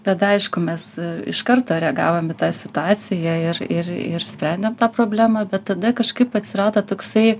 tada aišku mes iš karto reagavom į tą situaciją ir ir išsprendėm tą problemą bet tada kažkaip atsirado toksai